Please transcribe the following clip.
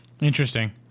Interesting